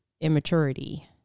immaturity